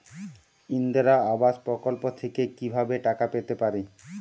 ইন্দিরা আবাস প্রকল্প থেকে কি ভাবে টাকা পেতে পারি?